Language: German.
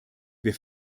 wir